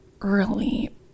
early